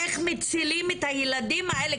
איך מצילים את הילדים האלה,